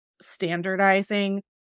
standardizing